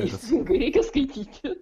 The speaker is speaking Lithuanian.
teisingai reikia skaityti